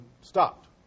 stopped